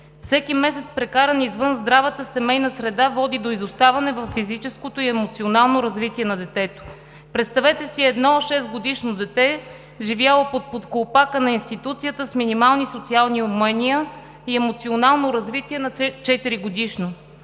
Всеки месец, прекаран извън здравата семейна среда, води до изоставане във физическото и емоционално развитие на детето. Представете си едно 6-годишно дете, живяло под похлупака на институцията с минимални социални умения и емоционално развитие на 4-годишно,